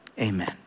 Amen